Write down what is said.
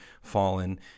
fallen